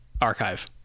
archive